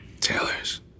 Taylors